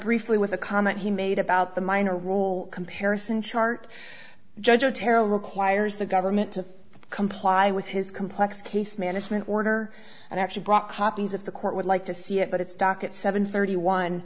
briefly with a comment he made about the minor role comparison chart judge otero requires the government to comply with his complex case management order and actually brought copies of the court would like to see it but it's docket seven thirty one